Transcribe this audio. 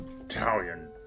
Italian